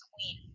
Queen